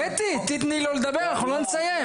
קטי, תיתני לו לדבר, אנחנו לא נסיים.